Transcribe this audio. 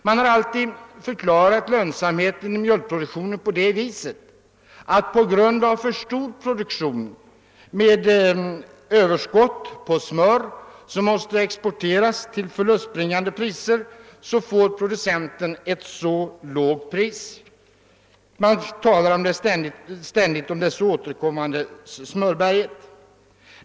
Man har alltid förklarat den dåliga lönsamheten i mjölkproduktionen på det sättet, att på grund av för stor produktion med överskott på smör, som måste exporteras till förlustbringande priser, får producenten ett så lågt pris. Man talar om det s.k. smörberget.